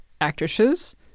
actresses